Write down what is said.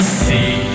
see